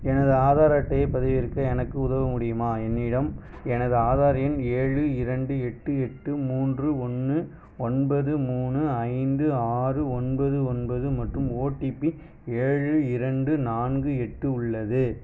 எனது ஆதார் அட்டையைப் பதிவிறக்க எனக்கு உதவ முடியுமா என்னிடம் எனது ஆதார் எண் ஏழு இரண்டு எட்டு எட்டு மூன்று ஒன்று ஒன்பது மூணு ஐந்து ஆறு ஒன்பது ஒன்பது மற்றும் ஓடிபி ஏழு இரண்டு நான்கு எட்டு உள்ளது